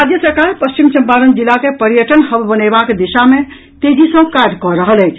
राज्य सरकार पश्चिम चम्पारण जिला के पर्यटन हब बनेबाक दिशा मे तेजी सँ काज कऽ रहल अछि